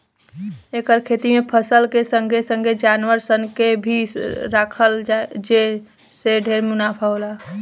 एकर खेती में फसल के संगे संगे जानवर सन के भी राखला जे से ढेरे मुनाफा होला